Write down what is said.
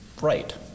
right